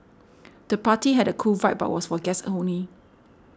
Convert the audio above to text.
the party had a cool vibe but was for guests only